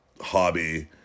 hobby